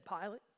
Pilate